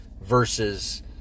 versus